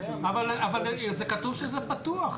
כתוב שזה פתוח.